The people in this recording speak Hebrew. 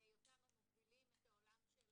בהיותם מובילים את העולם של